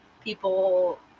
People